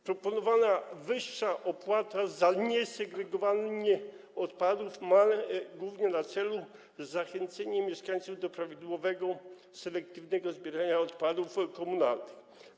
Proponowana wyższa opłata za niesegregowanie odpadów ma głównie na celu zachęcenie mieszkańców do prawidłowego selektywnego zbierania odpadów komunalnych.